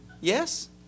Yes